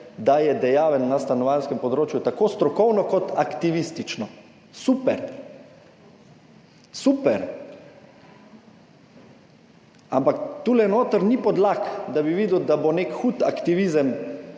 da je dejaven na stanovanjskem področju tako strokovno kot aktivistično. Super! Super, ampak tule notri ni podlag, da bi videl, da bo nek hud aktivizem